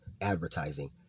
advertising